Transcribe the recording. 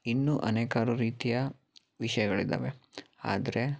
ಇನ್ನೂ ಅನೇಕಾರು ರೀತಿಯ ವಿಷಯಗಳಿದ್ದಾವೆ ಆದರೆ